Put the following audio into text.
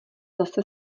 zase